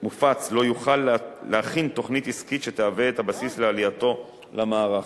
מופץ לא יוכל להכין תוכנית עסקית שתהווה את הבסיס לעלייתו למערך,